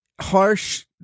harsh